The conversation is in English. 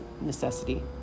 necessity